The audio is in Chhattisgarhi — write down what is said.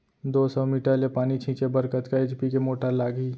दो सौ मीटर ले पानी छिंचे बर कतका एच.पी के मोटर लागही?